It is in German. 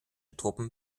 truppen